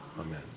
Amen